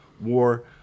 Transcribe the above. War